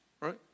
right